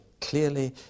clearly